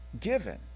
given